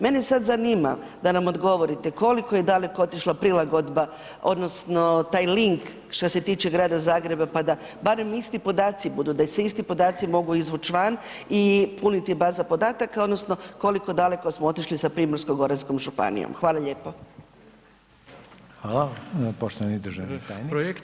Mene sad zanima da nam odgovorite koliko je daleko otišla prilagodba odnosno taj link što se tiče grada Zagreba pa da barem isti podaci budu, da se isti podaci mogu izvuć van i puniti baza podataka odnosno koliko daleko smo otišli sa Primorsko-goranskom županijom, hvala lijepo.